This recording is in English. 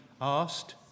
asked